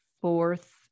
fourth